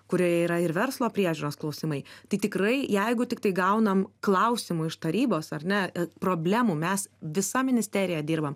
kurioje yra ir verslo priežiūros klausimai tai tikrai jeigu tiktai gaunam klausimų iš tarybos ar ne problemų mes visa ministerija dirbam